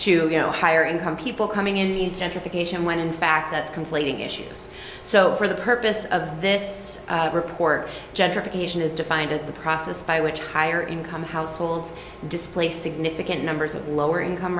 to you know higher income people coming in gentrification when in fact that's conflating issues so for the purpose of this report gentrification is defined as the process by which higher income households display significant numbers of lower income